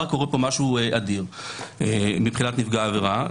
קורה פה משהו אדיר מבחינת נפגע העבירה.